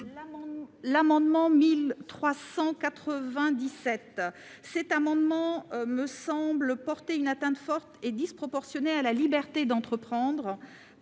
L'amendement n° 1397 me semble porter une atteinte forte et disproportionnée à la liberté d'entreprendre.